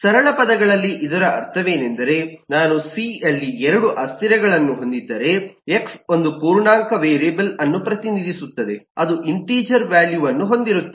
ಸರಳ ಪದಗಳಲ್ಲಿ ಇದರ ಅರ್ಥವೇನೆಂದರೆ ನಾನು ಸಿ ಯಲ್ಲಿ 2 ಅಸ್ಥಿರಗಳನ್ನು ಹೊಂದಿದ್ದರೆ ಎಕ್ಸ್ ಒಂದು ಪೂರ್ಣಾಂಕ ವೇರಿಯೇಬಲ್ ಅನ್ನು ಪ್ರತಿನಿಧಿಸುತ್ತದೆ ಅದು ಇಂಟಿಜರ್ ವ್ಯಾಲ್ಯೂವನ್ನು ಹೊಂದಿರುತ್ತದೆ